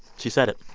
she said it.